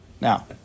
Now